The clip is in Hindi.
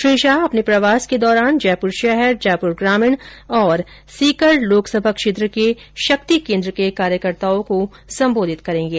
श्री शाह अपने प्रवास के दौरान जयपुर शहर जयपुर ग्रामीण और सीकर लोकसभा क्षेत्र के शक्ति केन्द्र के कार्यकर्ताओं को संबोधित करेंगे